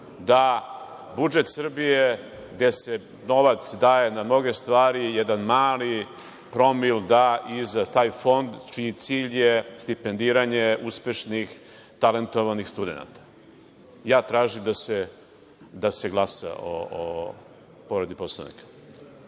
da budžet Srbije gde se novac daje na mnoge stvari jedan mali promil da i za taj Fond čiji cilj je stipendiranje uspešnih talentovanih studenata. Ja tražim da se glasa o povredi Poslovnika.